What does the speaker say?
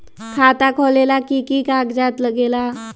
खाता खोलेला कि कि कागज़ात लगेला?